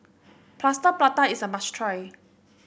Plaster Prata is a must try